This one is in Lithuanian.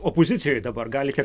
opozicijoj dabar galite